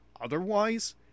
Otherwise